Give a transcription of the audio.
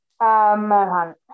Mohan